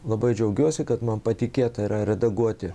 labai džiaugiuosi kad man patikėta yra redaguoti